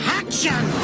action